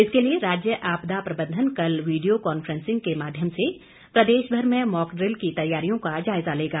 इसके लिए राज्य आपदा प्रबंधन कल वीडिया कॉन्फ्रेंसिंग के माध्यम से प्रदेशभर में मॉकड़िल की तैयारियों का जायजा लेगा